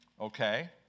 okay